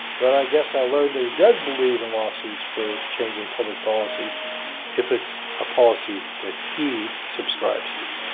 but i guess i learned that he does believe in lawsuits for changing public policy if it's a policy that he subscribes to